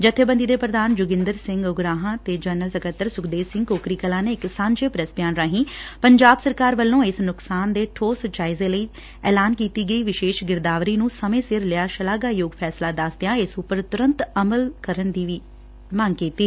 ਜਥੇਬੰਦੀ ਦੇ ਪ੍ਧਾਨ ਜੋਗਿੰਦਰ ਸਿੰਘ ਉਗਰਾਹਾਂ ਤੇ ਜਨਰਲ ਸਕੱਤਰ ਸੁਖਦੇਵ ਸਿੰਘ ਕੋਕਰੀ ਕਲਾਂ ਨੇ ਇਕ ਸਾਂਝੇ ਪ੍ਰੈਸ ਬਿਆਨ ਰਾਹੀ ਪੰਜਾਬ ਸਰਕਾਰ ਵੱਲੋਂ ਇਸ ਨੁਕਸਾਨ ਦੇ ਠੋਸ ਜਾਇਜ਼ੇ ਲਈ ਐਲਾਨ ਕੀਤੀ ਗਈ ਵਿਸ਼ੇਸ਼ ਗਿਰਦਾਵਰੀ ਨੂੰ ਸਮੇਂ ਸਿਰ ਲਿਆ ਸ਼ਲਾਘਾਯੋਗ ਫੈਸਲਾ ਦੱਸਦਿਆਂ ਇਸ ਉਂਪਰ ਤੁਰੰਤ ਅਮਲ ਵੀ ਕਰਨ ਤੇ ਜ਼ੋਰ ਦਿੱਤੈ